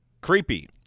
Creepy